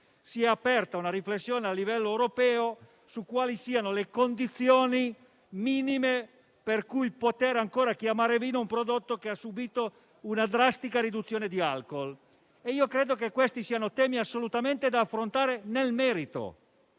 Si è aperta una riflessione a livello europeo su quali siano le condizioni minime per cui poter ancora chiamare vino un prodotto che ha subito una drastica riduzione di alcol. Credo che questi siano temi da affrontare assolutamente nel merito